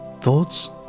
Thoughts